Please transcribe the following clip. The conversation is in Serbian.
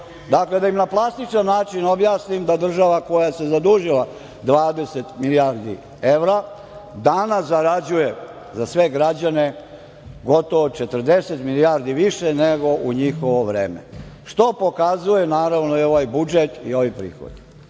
godišnje. Da im na plastičan način objasnim da država koja se zadužila 20 milijardi evra danas zarađuje za sve građane gotovo 40 milijardi više nego u njihovo vreme, što pokazuje, naravno, i ovaj budžet i ovi prihodi.S